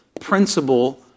principle